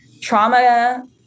trauma